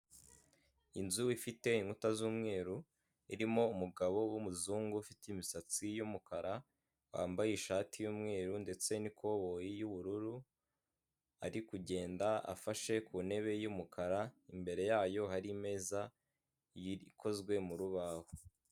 Inzu ifite inkuta z'umweru, irimo umugabo w'umuzungu ufite imisatsi y'umukara, wambaye ishati y'umweru ndetse n'ikoboyi y'ubururu, ari kugenda afashe ku ntebe y'umukara, imbere yayo hari imeza ikozwe mu rubaho.